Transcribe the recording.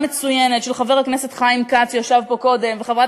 מצוינת של חבר הכנסת חיים כץ שישב פה קודם וחברת